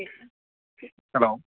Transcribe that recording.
hello